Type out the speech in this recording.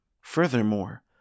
Furthermore